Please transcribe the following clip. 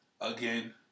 Again